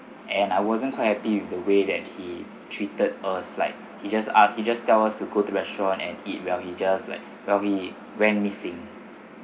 and I wasn't quite happy with the way that he treated us like he just ask he just tell us to go to restaurant and eat while he just like while he went missing